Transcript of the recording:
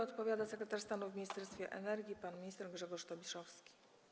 Odpowiada sekretarz stanu w Ministerstwie Energii pan minister Grzegorz Tobiszowski.